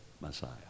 Messiah